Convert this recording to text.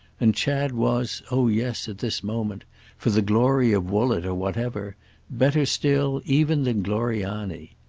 and chad was, oh yes, at this moment for the glory of woollett or whatever better still even than gloriani.